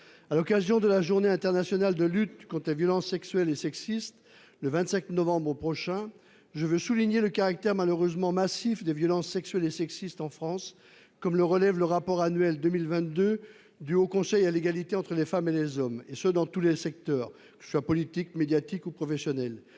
À l'occasion de la Journée internationale de lutte contre les violences sexuelles et sexistes, le 25 novembre prochain, je veux souligner le caractère malheureusement massif des violences sexuelles et sexistes en France, comme le relève le rapport annuel 2022 du Haut Conseil à l'égalité entre les femmes et les hommes, et ce, dans tous les secteurs- politique, médiatique, professionnel